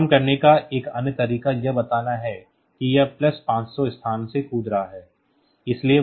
एक ही काम करने का एक अन्य तरीका यह बताना है कि यह प्लस 500 स्थानों से कूद रहा है